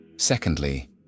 secondly